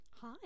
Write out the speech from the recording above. Hi